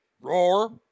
Roar